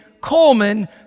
Coleman